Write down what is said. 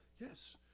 Yes